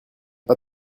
pas